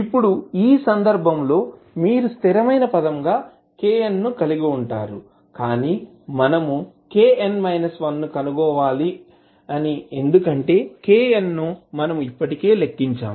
ఇప్పుడు ఈ సందర్భంలో మీరు స్థిరమైన పదంగా kn కలిగి ఉంటారు కానీ మనము kn 1 ను కనుగొనాలి ఎందుకంటే kn ను మనము ఇప్పటికే లెక్కించాము